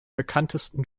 bekanntesten